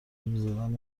میزدن